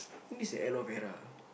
I think it's aloe vera